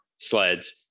sleds